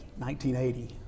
1980